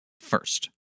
first